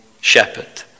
shepherd